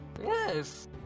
Yes